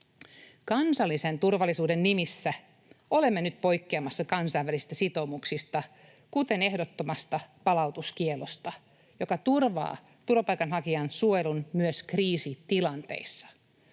Kansallisen turvallisuuden nimissä olemme nyt poikkeamassa kansainvälisistä sitoumuksista, kuten ehdottomasta palautuskiellosta, joka turvaa turvapaikanhakijan suojelun myös kriisitilanteissa.